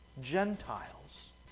Gentiles